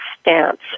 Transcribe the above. stance